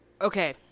Okay